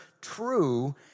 true